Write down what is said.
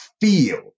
feel